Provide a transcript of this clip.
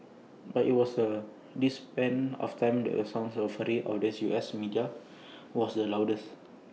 but IT was the this span of time that the sound and fury of the U S media was the loudest